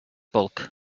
bulk